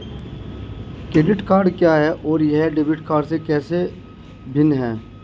Credit card क्या है और यह डेबिट कार्ड से कैसे भिन्न है?